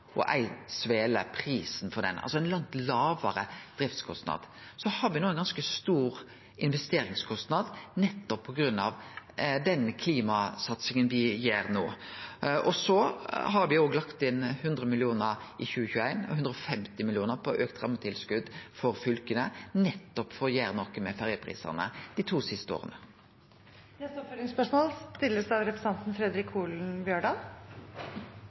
og ei svele – altså ein langt lågare driftskostnad. Så har me no ein ganske stor investeringskostnad på grunn av den klimasatsinga me gjer. Me har òg lagt inn 100 mill. kr i 2021, og me har 150 mill. kr på auka rammetilskot for fylka, nettopp for å gjere noko med ferjeprisane dei to siste åra. Det blir oppfølgingsspørsmål – først Fredric Holen Bjørdal.